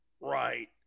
right